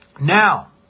now